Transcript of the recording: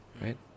Right